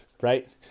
right